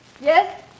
Yes